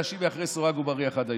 אנשים מאחורי סורג ובריח עד היום.